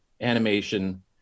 animation